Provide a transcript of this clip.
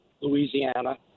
Louisiana